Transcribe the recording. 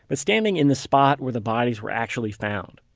but standing in the spot where the bodies were actually found,